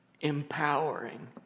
empowering